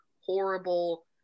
horrible